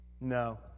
No